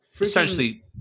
Essentially